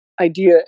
idea